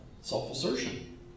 self-assertion